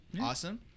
Awesome